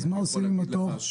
אז מה עושים עם התור?